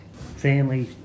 Family